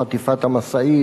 חטיפת המשאית,